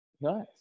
Nice